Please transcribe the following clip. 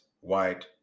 white